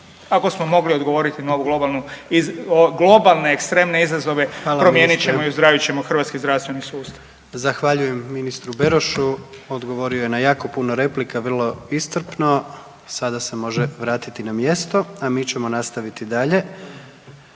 Ako smo mogli odgovoriti na ovu globalnu, globalne ekstremne izazove, promijenit ćemo …/Upadica: Hvala ministre./… i ozdravit ćemo hrvatski zdravstveni sustav. **Jandroković, Gordan (HDZ)** Zahvaljujem ministru Berošu, odgovorio je na jako puno replika vrlo iscrpno, sada se može vratiti na mjesto, a mi ćemo nastaviti dalje.